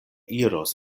iros